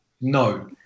no